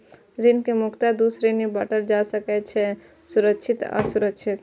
ऋण कें मुख्यतः दू श्रेणी मे बांटल जा सकै छै, सुरक्षित आ असुरक्षित